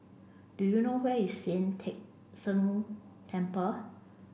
do you know where is Sian Teck Temple